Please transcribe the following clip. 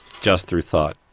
just through thought.